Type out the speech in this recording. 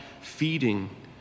feeding